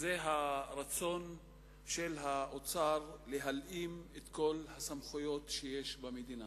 זה הרצון של האוצר להלאים את כל הסמכויות שיש במדינה,